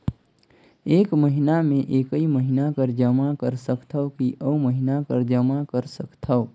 एक महीना मे एकई महीना कर जमा कर सकथव कि अउ महीना कर जमा कर सकथव?